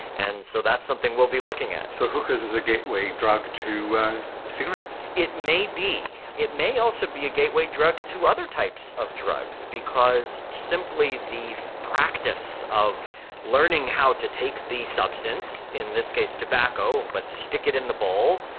and so that's something we will be looking at. so hookahs is a gateway drug to cigarettes. it may be. it may also be a gateway drug to other types of drugs because simply the practice of learning how to take the substance, in this case tobacco, but stick it in the bowl,